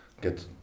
get